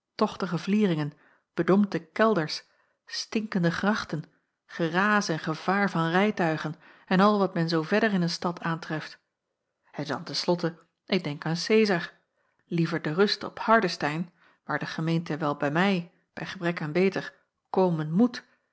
tochtige vlieringen bedompte kelders stinkende grachten geraas en gevaar van rijtuigen en al wat men zoo verder in een stad aantreft en dan ten slotte ik denk met cezar liever de rust op hardestein waar de gemeente wel bij mij bij gebrek aan beter komen moet